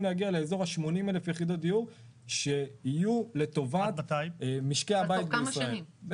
להגיע לאזור ה 80,000 יחידות דיור שיהיו לטובת משקי הבית בישראל.